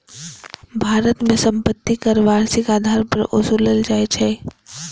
भारत मे संपत्ति कर वार्षिक आधार पर ओसूलल जाइ छै